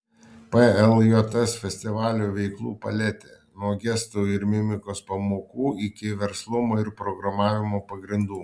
pljs festivalio veiklų paletė nuo gestų ir mimikos pamokų iki verslumo ir programavimo pagrindų